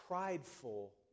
Prideful